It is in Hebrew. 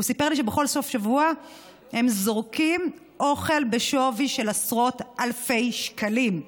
הוא סיפר לי שבכל סוף שבוע הם זורקים אוכל בשווי של עשרות אלפי שקלים,